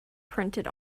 printed